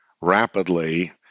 rapidly